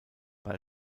bei